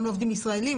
גם לעובדים הישראלים?